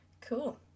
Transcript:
cool